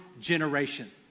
generation